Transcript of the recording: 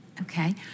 okay